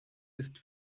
ist